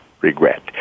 regret